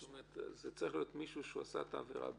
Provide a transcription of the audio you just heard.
זאת אומרת זה צריך להיות מישהו שעשה את העבירה בישראל.